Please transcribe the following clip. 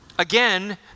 Again